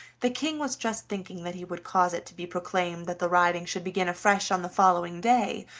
the king was just thinking that he would cause it to be proclaimed that the riding should begin afresh on the following day,